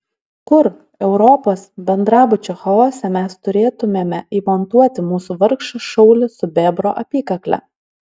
kur europos bendrabučio chaose mes turėtumėme įmontuoti mūsų vargšą šaulį su bebro apykakle